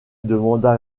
demanda